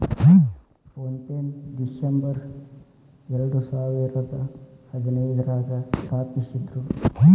phone ಪೆನ December ಎರಡಸಾವಿರದ ಹದಿನೈದ್ರಾಗ ಸ್ಥಾಪಿಸಿದ್ರು